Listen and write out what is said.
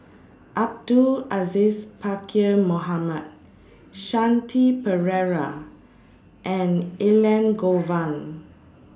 Abdul Aziz Pakkeer Mohamed Shanti Pereira and Elangovan